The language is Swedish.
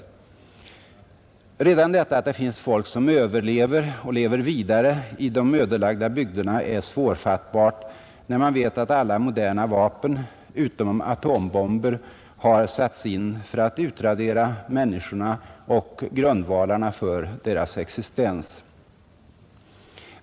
Redan detta att det finns folk som överlever och lever vidare i de ödelagda bygderna är svårfattbart, när man vet att alla moderna vapen utom atombomber har satts in för att utradera människorna och grundvalarna för deras existens.